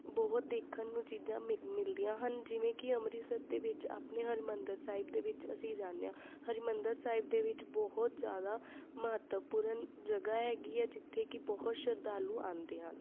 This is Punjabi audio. ਬਹੁਤ ਦੇਖਣ ਨੂੰ ਚੀਜ਼ਾਂ ਮਿਲ ਮਿਲਦੀਆਂ ਹਨ ਜਿਵੇਂ ਕਿ ਅੰਮ੍ਰਿਤਸਰ ਦੇ ਵਿੱਚ ਆਪਣੇ ਹਰਿਮੰਦਰ ਸਾਹਿਬ ਦੇ ਵਿੱਚ ਅਸੀਂ ਜਾਂਦੇ ਹਾਂ ਹਰਿਮੰਦਰ ਸਾਹਿਬ ਦੇ ਵਿੱਚ ਬਹੁਤ ਜ਼ਿਆਦਾ ਮਹੱਤਵਪੂਰਨ ਜਗ੍ਹਾ ਹੈਗੀ ਹੈ ਜਿੱਥੇ ਕਿ ਬਹੁਤ ਸ਼ਰਧਾਲੂ ਆਉਂਦੇ ਹਨ